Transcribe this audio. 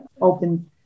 open